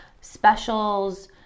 specials